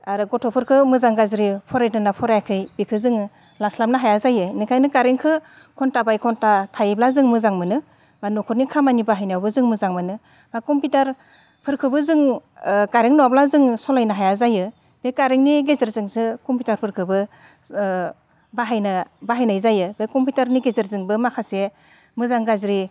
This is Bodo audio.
आरो गथ'फोरखौ मोजां गाज्रि फरायदोना फरायाखै बेखो जोङो लास्लाबनो हाया जायो ओंखायनो कारेन्टखो घन्टा बाय घन्टा थायोब्ला जों मोजां मोनो बा न'खरनि खामानि बाहायनायावबो जों मोजां मोनो बा कम्पिटार फोरखौबो जों कारेन्ट नङाब्ला जों सालायनो हाया जायो बे कारेन्टनि गेजेरजोंसो कम्पिटारफोरखोबो बाहायनो बाहायनाय जायो बे कम्पिटारनि गेजेरजोंबो माखासे मोजां गाज्रि